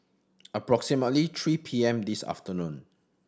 approximately three P M this afternoon